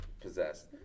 possessed